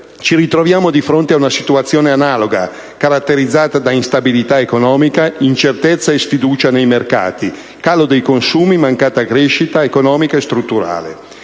ci ritroviamo di fronte ad una situazione analoga, caratterizzata da instabilità economica, incertezza e sfiducia nei mercati, calo dei consumi, mancata crescita economica e strutturale.